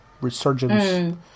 Resurgence